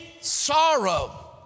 sorrow